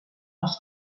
els